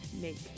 make